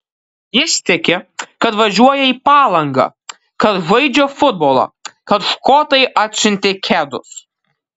jis tiki kad važiuoja į palangą kad žaidžia futbolą kad škotai atsiuntė kedus